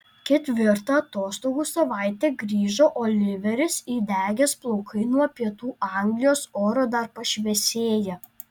ketvirtą atostogų savaitę grįžo oliveris įdegęs plaukai nuo pietų anglijos oro dar pašviesėję